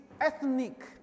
ethnic